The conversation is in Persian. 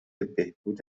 بهبود